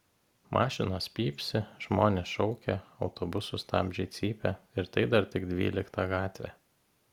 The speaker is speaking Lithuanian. mašinos pypsi žmonės šaukia autobusų stabdžiai cypia ir tai dar tik dvylikta gatvė